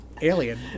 alien